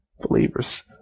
Believers